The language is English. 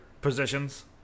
positions